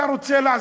אתה רוצה,